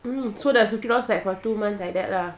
mm so the fifty dollars like for two months like that lah